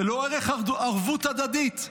זה לא ערך ערבות הדדית?